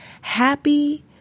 Happy